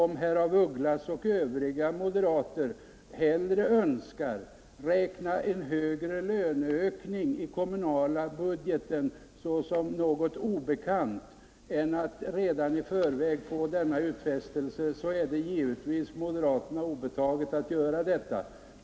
Om herr af Ugglas och övriga moderater hellre vill räkna med en högre löneökning i den kommunala budgeten —- en summa som alltså är obekant — än att redan i förväg få en sådan här utfästelse är det givetvis moderaterna obetaget att göra detta.